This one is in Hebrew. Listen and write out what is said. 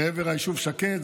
לעבר היישוב שקד,